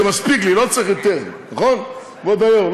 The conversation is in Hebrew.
זה מספיק לי, לא צריך יותר, נכון, כבוד היו"ר?